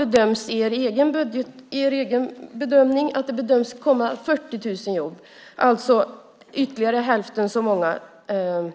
Enligt er egen bedömning kommer det i år 40 000 jobb - hälften så många som